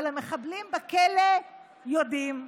אבל המחבלים בכלא יודעים.